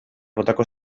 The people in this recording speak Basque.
botako